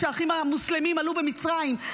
כשהאחים המוסלמים עלו במצרים,